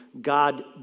God